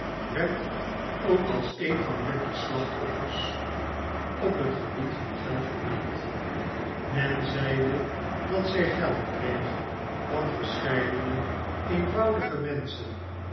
werd ook als een van becky's slachtoffers op het gebied van geld verm eld men zeide dat zij geld kreeg van verscheidene eenvoudige menschen